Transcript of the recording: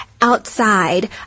Outside